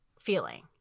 feeling